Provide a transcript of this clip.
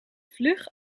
vlug